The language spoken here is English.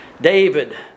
David